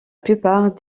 plupart